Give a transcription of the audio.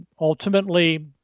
ultimately